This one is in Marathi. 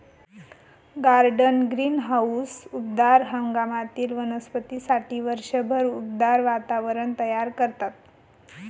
गार्डन ग्रीनहाऊस उबदार हंगामातील वनस्पतींसाठी वर्षभर उबदार वातावरण तयार करतात